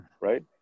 right